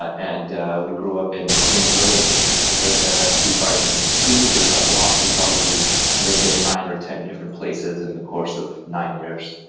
and we grew up in queens village and jamaica, q gardens. we moved around a lot. we probably lived in nine or ten different places in the course of nine years.